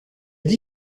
dit